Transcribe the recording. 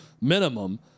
minimum